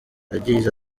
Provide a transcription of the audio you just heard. yagize